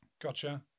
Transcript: gotcha